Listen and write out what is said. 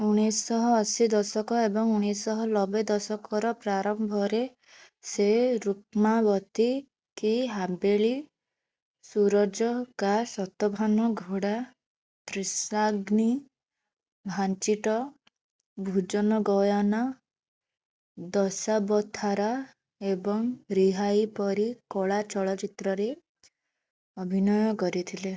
ଉଣେଇଶି ଶହ ଅଶୀ ଦଶକ ଏବଂ ଉଣେଇଶି ଶହ ନବେ ଦଶକର ପ୍ରାରମ୍ଭରେ ସେ ରୁକ୍ମାବତୀ କି ହାଭେଲି ସୁରଜ କା ସତଭାନ ଘୋଡା ତ୍ରିଶାଗ୍ନି ଭାଞ୍ଚିଟ ଭୁଜନଗୟାନା ଦଶାବଥାରା ଏବଂ ରିହାଇ ପରି କଳା ଚଳଚ୍ଚିତ୍ରରେ ଅଭିନୟ କରିଥିଲେ